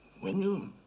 when you